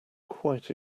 quite